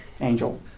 angel